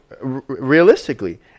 realistically